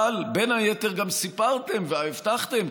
אבל בין היתר גם סיפרתם והבטחתם,